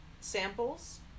samples